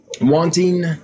wanting